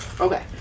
okay